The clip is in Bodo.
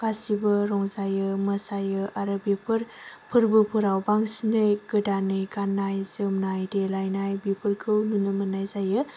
गासैबो रंजायो मोसायो आरो बेफोर फोरबोफोराव बांसिनै गोदानै गाननाय जोमनाय देलायनाय बेफोरखौ नुनो मोननाय जायो